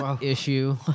issue